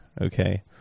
okay